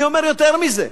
אני אומר יותר מזה,